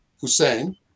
Hussein